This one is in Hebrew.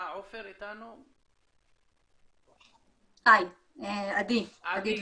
שלום לך, עדי.